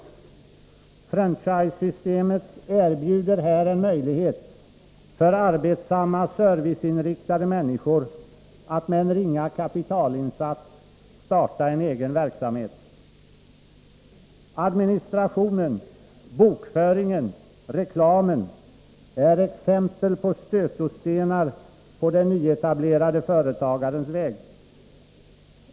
Franchisesystemet erbjuder här en möjlighet för arbetsamma, serviceinriktade människor att med en ringa kapitalinsats starta en egen verksamhet. Administrationen, bokföringen och reklamen är exempel på stötestenar på den nyetablerade företagarens väg.